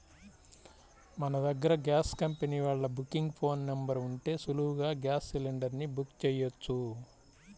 మన దగ్గర gas company వాళ్ళ బుకింగ్ ఫోన్ నెంబర్ ఉంటే సులువుగా గ్యాస్ సిలిండర్ ని బుక్ చెయ్యొచ్చు